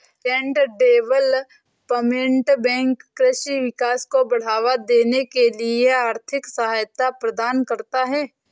land development bank कृषि विकास को बढ़ावा देने के लिए आर्थिक सहायता प्रदान करता है